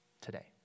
today